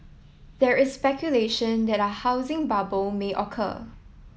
there is speculation that a housing bubble may occur